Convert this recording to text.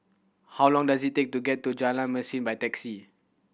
how long does it take to get to Jalan Mesin by taxi